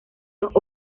los